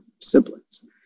siblings